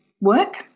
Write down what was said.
work